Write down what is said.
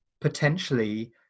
potentially